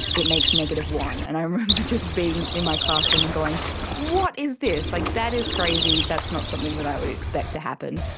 it makes negative-one. and i remember just being in my classroom and going what is this? like that is crazy, that's not something that i would expect to happen.